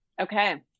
Okay